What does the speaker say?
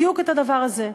בדיוק את הדבר הזה: